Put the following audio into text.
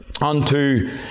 unto